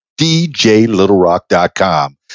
DJlittlerock.com